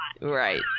Right